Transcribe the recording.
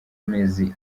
amezi